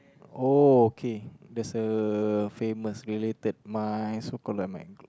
okay that's a famous related mine so called like my